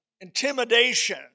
intimidation